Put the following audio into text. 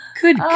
good